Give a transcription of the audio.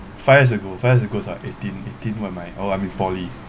five years ago five years ago is uh eighteen eighteen when my oh I'm in poly